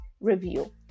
review